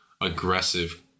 aggressive